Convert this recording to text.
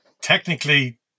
technically